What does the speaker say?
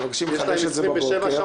מבקשים לחדש את זה בבוקר,